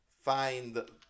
find